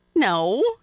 No